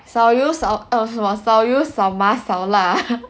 少油少麻少辣